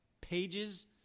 pages